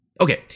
Okay